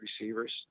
receivers